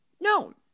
No